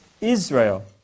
Israel